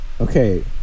Okay